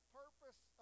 purpose